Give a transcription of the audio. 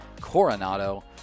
Coronado